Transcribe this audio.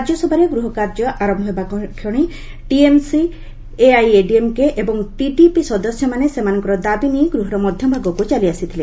ରାଜ୍ୟସଭାରେ ଗୃହକାର୍ଯ୍ୟ ଆରମ୍ଭ ହେବାକ୍ଷଣି ଟିଏମ୍ସି ଏଆଇଏଡିଏମ୍କେ ଏବଂ ଟିଡିପି ସଦସ୍ୟମାନେ ସେମାନଙ୍କର ଦାବି ନେଇ ଗୃହର ମଧ୍ୟଭାଗକୁ ଚାଲିଆସିଥିଲେ